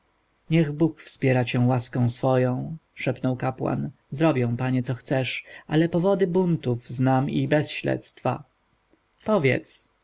niech bóg wspiera cię łaską swoją szepnął kapłan zrobię panie co każesz ale powody buntów znam i bez śledztwa powiedz